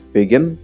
Begin